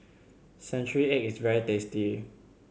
century egg is very tasty